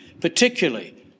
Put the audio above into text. particularly